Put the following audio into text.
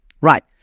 Right